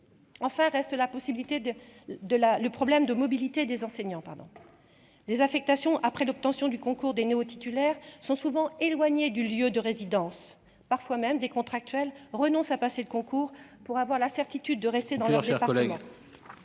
de de la le problème de mobilité des enseignants pardon les affectations après l'obtention du concours des néo-titulaires sont souvent éloignés du lieu de résidence, parfois même des contractuels renonce à passer le concours pour avoir la certitude de rester dans leur jeu, parlement